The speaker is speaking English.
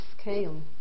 scale